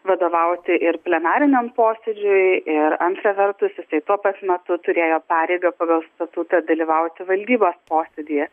vadovauti ir plenariniam posėdžiui ir antra vertus jisai tuo pat metu turėjo pareigą pagal statutą dalyvauti valdybos posėdyje